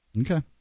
Okay